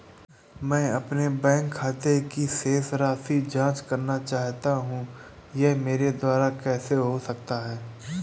मैं अपने बैंक खाते की शेष राशि की जाँच करना चाहता हूँ यह मेरे द्वारा कैसे हो सकता है?